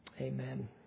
Amen